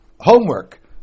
homework